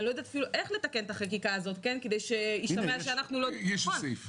אני לא יודעת אפילו איך לתקן את החקיקה הזאת --- יש לי סעיף.